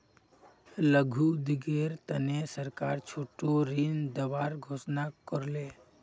लघु उद्योगेर तने सरकार छोटो ऋण दिबार घोषणा कर ले